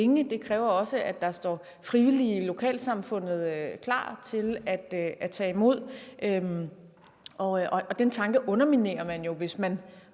det kræver også, at der står frivillige i lokalsamfundet klar til at tage imod. Og den tanke underminerer man jo, hvis man